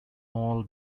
small